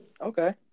Okay